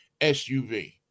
SUV